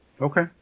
Okay